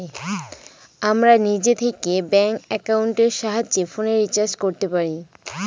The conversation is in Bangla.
আমরা নিজে থেকে ব্যাঙ্ক একাউন্টের সাহায্যে ফোনের রিচার্জ করতে পারি